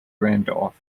randolph